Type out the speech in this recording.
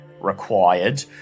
required